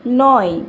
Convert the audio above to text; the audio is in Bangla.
নয়